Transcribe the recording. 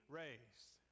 raised